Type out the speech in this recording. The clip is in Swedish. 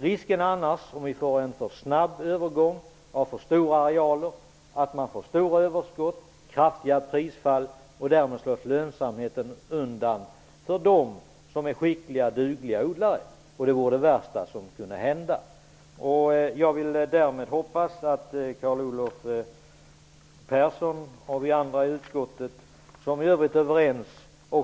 Risken är annars, om vi får en för snabb övergång av för stora arealer, att man får stora överskott och kraftiga prisfall. Därmed slås lönsamheten undan för dem som är skickliga och dugliga odlare. Det vore det värsta som kunde hända. Jag vill därmed hoppas att Carl Olov Persson och vi andra i utskottet som i övrigt är överens